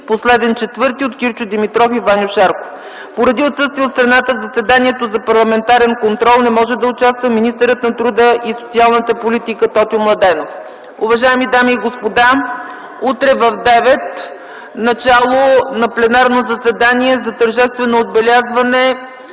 представители Кирчо Димитров и Ваньо Шарков. Поради отсъствие от страната, в заседанието за парламентарен контрол не може да участва министърът на труда и социалната политика Тотю Младенов. Уважаеми дами и господа, утре в 9,00 ч. – начало на пленарното заседание за Тържествено отбелязване